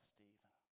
Stephen